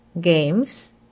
games